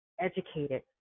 educated